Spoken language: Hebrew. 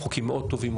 חוקים מאוד טובים,